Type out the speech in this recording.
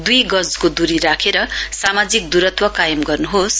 दुई गजको दूरी राखेर सामाजिक दूरत्व कायम गर्नुहोस